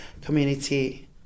community